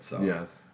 Yes